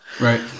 Right